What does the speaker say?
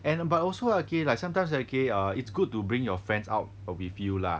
and uh but also okay like sometimes okay ah it's good to bring your friends out with you lah